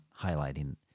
highlighting